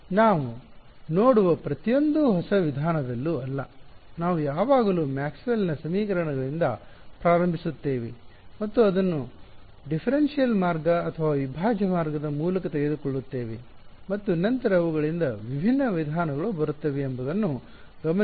ನಾವು ನೋಡುವ ಪ್ರತಿಯೊಂದು ಹೊಸ ವಿಧಾನದಲ್ಲೂ ಅಲ್ಲ ನಾವು ಯಾವಾಗಲೂ ಮ್ಯಾಕ್ಸ್ವೆಲ್ನ ಸಮೀಕರಣಗಳಿಂದ ಪ್ರಾರಂಭಿಸುತ್ತೇವೆ ಮತ್ತು ಅದನ್ನು ಭೇದಾತ್ಮಕ ಡಿಫರೆನ್ಶಿಯಲ್ ಮಾರ್ಗ ಅಥವಾ ಅವಿಭಾಜ್ಯ ಮಾರ್ಗದ ಮೂಲಕ ತೆಗೆದುಕೊಳ್ಳುತ್ತೇವೆ ಮತ್ತು ನಂತರ ಅವುಗಳಿಂದ ವಿಭಿನ್ನ ವಿಧಾನಗಳು ಬರುತ್ತವೆ ಎಂಬುದನ್ನು ಗಮನಿಸಿ